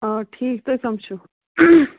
اَوا ٹھیٖک تُہۍ کَم چھِو